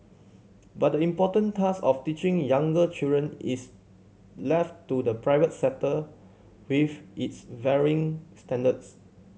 but the important task of teaching younger children is left to the private sector with its varying standards